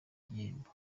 ibihembo